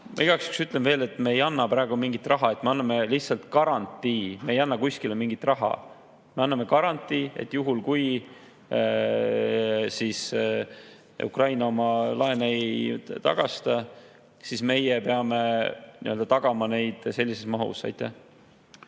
juhuks ütlen veel, et me ei anna praegu mingit raha, me anname lihtsalt garantii, me ei anna kuskile mingit raha. Me anname garantii, et juhul kui Ukraina oma laene ei tagasi ei maksa, siis meie peame neid sellises mahus